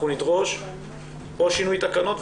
אנחנו נדרוש או שינוי תקנות,